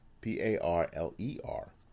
P-A-R-L-E-R